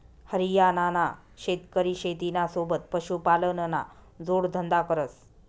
हरियाणाना शेतकरी शेतीना सोबत पशुपालनना जोडधंदा करस